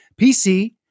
PC